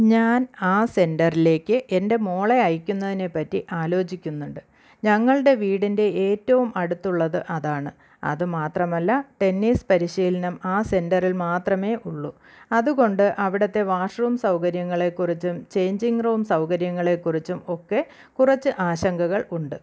ഞാൻ ആ സെന്ററിലേക്ക് എൻ്റെ മോളെ അയക്കുന്നതിനെ പറ്റി ആലോചിക്കുന്നുണ്ട് ഞങ്ങളുടെ വീടിൻ്റെ ഏറ്റവും അടുത്തുള്ളത് അതാണ് അത് മാത്രമല്ല ടെന്നീസ് പരിശീലനം ആ സെന്ററിൽ മാത്രമേ ഉള്ളൂ അതുകൊണ്ട് അവിടുത്തെ വാഷ് റൂം സൗകര്യങ്ങളെ കുറിച്ചും ചെയ്ഞ്ചിങ് റൂം സൗകര്യങ്ങളെ കുറിച്ചും ഒക്കെ കുറച്ച് ആശങ്കകൾ ഉണ്ട്